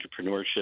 entrepreneurship